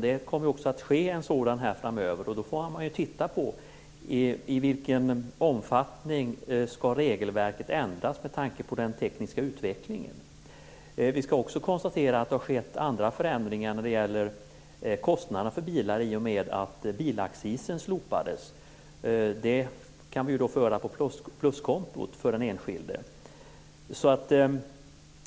Det kommer också att ske en sådan framöver. Då får man titta på i vilken omfattning regelverket skall ändras med tanke på den tekniska utvecklingen. Vi kan också konstatera att det har skett andra förändringar när det gäller kostnaderna för bilar i och med att bilaccisen slopades. Det kan vi föra på pluskontot för den enskilde.